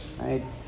right